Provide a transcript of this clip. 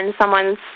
someone's